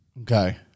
Okay